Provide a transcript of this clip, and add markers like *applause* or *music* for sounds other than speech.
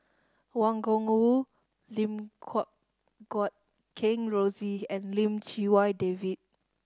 Wang Gungwu Lim *unintelligible* Guat Kheng Rosie and Lim Chee Wai David